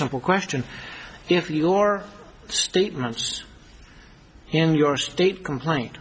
simple question if your statements in your state complaint